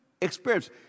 experience